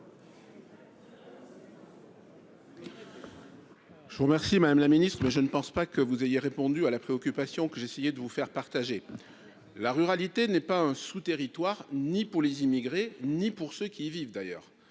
Je vous remercie, madame la ministre, je ne pense pas que vous ayez répondu à la préoccupation que j'essayais de vous faire partager la ruralité n'est pas un sou, territoire ni pour les immigrés, ni pour ceux qui y vivent d'ailleurs